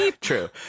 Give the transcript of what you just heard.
True